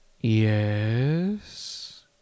Yes